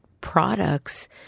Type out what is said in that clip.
products